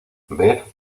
ver